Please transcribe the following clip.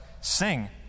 Sing